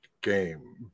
game